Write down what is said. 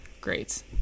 great